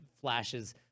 flashes